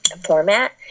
format